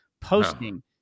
Posting